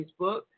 Facebook